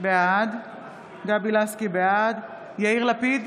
בעד יאיר לפיד,